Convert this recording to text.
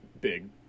big